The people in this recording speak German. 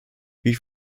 wie